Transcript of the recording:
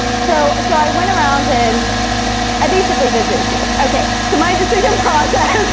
so so i went around and i basically visited duke. okay, so my decision process